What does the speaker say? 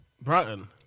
Brighton